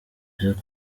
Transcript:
yavuze